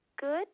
Good